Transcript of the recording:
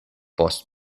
post